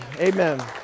Amen